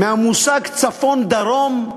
מהמושג צפון דרום?